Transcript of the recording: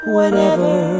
Whenever